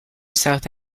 south